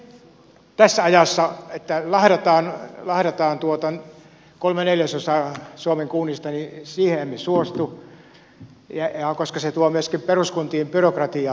mutta siihen tässä ajassa että lahdataan kolme neljäsosa suomen kunnista emme suostu koska se tuo myöskin peruskuntiin byrokratiaa